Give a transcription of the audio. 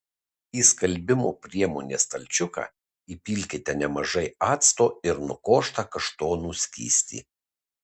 į skalbimo priemonės stalčiuką įpilkite nemažai acto ir nukoštą kaštonų skystį